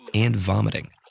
and vomiting.